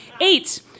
Eight